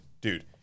dude